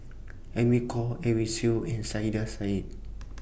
Amy Khor Edwin Siew and Saiedah Said